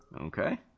Okay